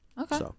okay